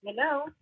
Hello